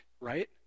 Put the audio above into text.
right